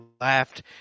laughed